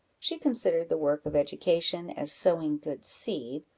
she considered the work of education as sowing good seed,